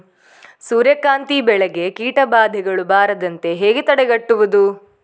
ಸೂರ್ಯಕಾಂತಿ ಬೆಳೆಗೆ ಕೀಟಬಾಧೆಗಳು ಬಾರದಂತೆ ಹೇಗೆ ತಡೆಗಟ್ಟುವುದು?